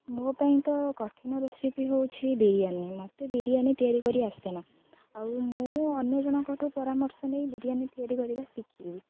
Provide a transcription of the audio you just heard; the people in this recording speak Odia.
ମୋ ପାଇଁ ତ କଠିନ ରେସିପି ହେଉଛି ବିରିୟାନୀ ମୋତେ ବିରିୟାନୀ ତିଆରି କରି ଆସେନା ଆଉ ମୁଁ ଅନ୍ୟ ଜଣଙ୍କଠୁ ପରାମର୍ଶ ନେଇ ବିରିୟାନି ତିଆରି କରିବା ଶିଖିବି